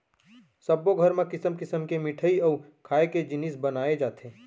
सब्बो घर म किसम किसम के मिठई अउ खाए के जिनिस बनाए जाथे